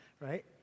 right